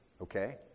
okay